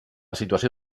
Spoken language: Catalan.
situació